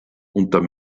unter